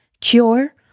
cure